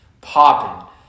popping